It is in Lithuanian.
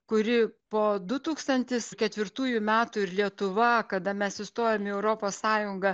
kuri po du tūkstantis ketvirtųjų metų ir lietuva kada mes įstojom į europos sąjungą